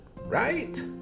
right